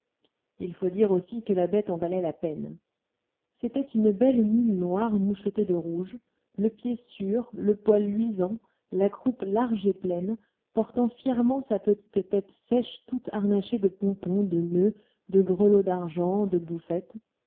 il faut dire aussi que la bête en valait la peine c'était une belle mule noire mouchetée de rouge le pied sûr le poil luisant la croupe large et pleine portant fièrement sa petite tête sèche toute harnachée de pompons de nœuds de grelots d'argent de